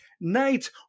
night